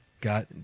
got